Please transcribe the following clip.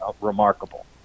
remarkable